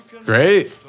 Great